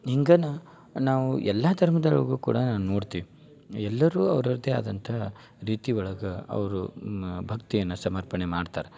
ಹಿಂಗನ ನಾವು ಎಲ್ಲಾ ಧರ್ಮದೊಳಗೂ ಕೂಡ ನೋಡ್ತೀವಿ ಎಲ್ಲರೂ ಅವ್ರದ್ದೇ ಆದಂತಹ ರೀತಿ ಒಳಗೆ ಅವರು ಭಕ್ತಿಯನ್ನ ಸಮರ್ಪಣೆ ಮಾಡ್ತಾರೆ